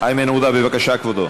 איימן עודה, בבקשה, כבודו.